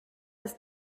ist